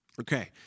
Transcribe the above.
Okay